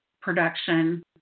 production